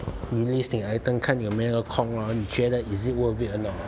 relist 你的 items 看你有没有空咯你觉得 is it worth it or not